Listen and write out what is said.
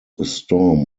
storm